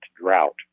drought